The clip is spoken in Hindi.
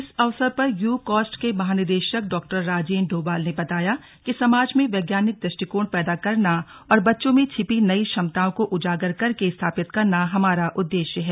इस अवसर पर यूकॉस्ट के महानिदेशक डा राजेंद्र डोभाल ने बताया कि समाज में वैज्ञानिक दृष्टिकोण पैदा करना और बच्चों में छिपी नई क्षमताओं को उजागर करके स्थापित करना हमारा उददेश्य है